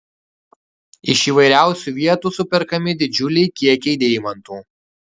iš įvairiausių vietų superkami didžiuliai kiekiai deimantų